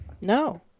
No